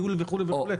ייעול וכו' וכו'.